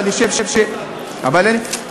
ואני חושב, אל תשכנע אותנו.